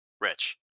Rich